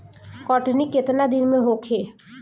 कटनी केतना दिन में होखे?